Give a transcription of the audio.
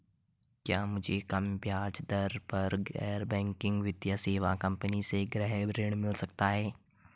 क्या मुझे कम ब्याज दर पर गैर बैंकिंग वित्तीय सेवा कंपनी से गृह ऋण मिल सकता है?